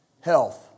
Health